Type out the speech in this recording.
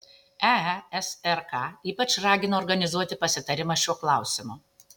eesrk ypač ragina organizuoti pasitarimą šiuo klausimu